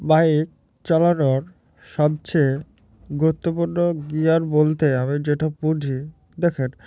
bike চালানোর সবচেয়ে গুরুত্বপূর্ণ গিয়ার বলতে আমি যেটা বুঝি দেখেন